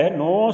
no